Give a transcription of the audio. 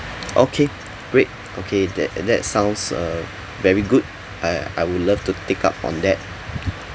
okay great okay that that sounds uh very good I I would love to take up on that